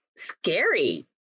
scary